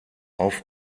auf